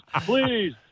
please